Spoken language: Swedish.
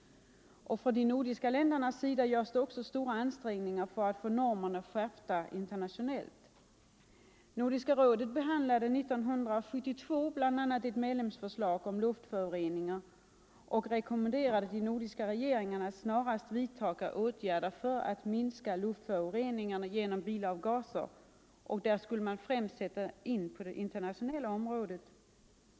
Från de nordiska ländernas sida görs det också stora ansträngningar för att få normerna skärpta internationellt. Nordiska rådet behandlade 1972 bl.a. ett medlemsförslag om luftföroreningar och rekommenderade då de nordiska regeringarna att snarast vidta åtgärder för att minska luftföroreningarna genom bilavgaser. Åtgärderna skulle främst sättas in på det internationella området.